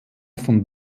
von